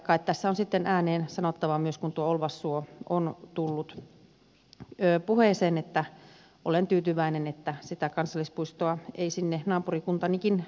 kai tässä on sitten ääneen sanottava myös kun tuo olvassuo on tullut puheeseen että olen tyytyväinen että sitä kansallispuistoa ei sinne naapurikuntanikin utajärven alueelle perustettu